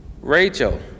Rachel